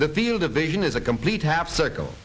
the field of vision is a complete have circle